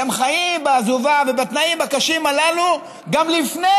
והם חיו בעזובה ובתנאים הקשים הללו גם לפני